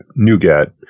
NuGet